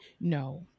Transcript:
No